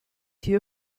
hier